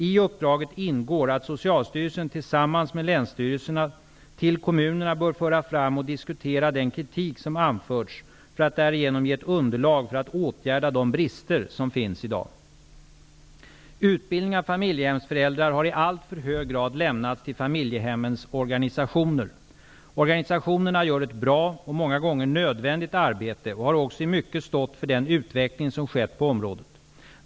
I uppdraget ingår att Socialstyrelsen tillsammans med länsstyrelserna till kommunerna bör föra fram och diskutera den kritik som anförts för att därigenom ge ett underlag för att åtgärda de brister som finns i dag. Utbildning av familjehemsföräldrar har i alltför hög grad lämnats till familjehemmens organisationer. Organisationerna gör ett bra och många gånger nödvändigt arbete och har också i mycket stått för den utveckling som skett på området.